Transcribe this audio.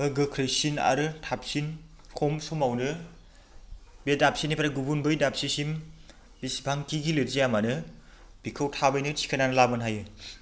गोख्रैसिन आरो थाबसिन खम समावनो बे दाबसेनिफ्राय गुबुन बै दाबसेसिम बेसेबांखि गिलिर जायामानो बेखौ थाबैनो थिखांनानै लाबोनो हायो